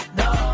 no